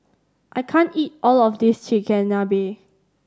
I can't eat all of this Chigenabe